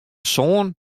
soan